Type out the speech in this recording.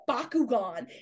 Bakugan